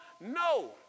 No